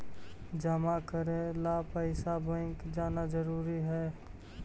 जमा करे ला पैसा बैंक जाना जरूरी है?